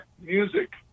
music